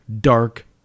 dark